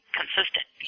consistent